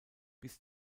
bis